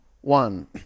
One